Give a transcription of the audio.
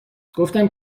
گفتم